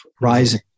rising